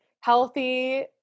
healthy